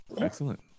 Excellent